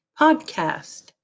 Podcast